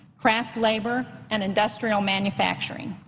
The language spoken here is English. craft labor, and industrial manufacturing,